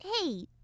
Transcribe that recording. Hey